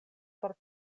por